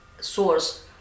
source